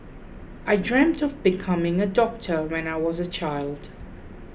I dreamt of becoming a doctor when I was a child